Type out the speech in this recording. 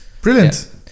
brilliant